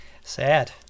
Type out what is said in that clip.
Sad